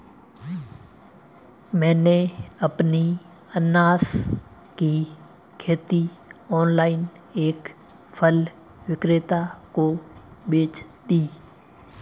मैंने अपनी अनन्नास की खेती ऑनलाइन एक फल विक्रेता को बेच दी